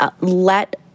let